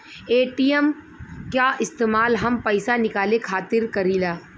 ATM क इस्तेमाल हम पइसा निकाले खातिर करीला